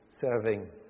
serving